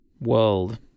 world